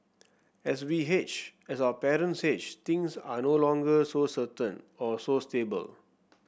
as we age as our parents age things are no longer so certain or so stable